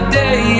day